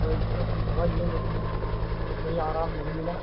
और एक जगह से दवा लिए लेकिन कोई आराम नहीं मिला